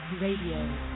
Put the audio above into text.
Radio